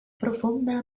profonda